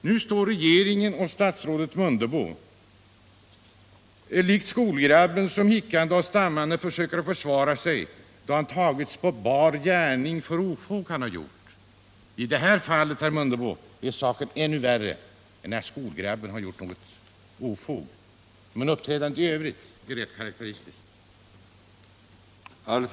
Nu står regeringen och statsrådet Mundebo här likt skolgrabben som hickande och stammande försöker försvara sig då han tagits på bar gärning för ofog han gjort. Men i det här fallet, herr Mundebo, är saken ännu värre än när en skolgrabb gjort något ofog. Och uppträdandet i övrigt är rätt karakteristiskt.